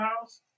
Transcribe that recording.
house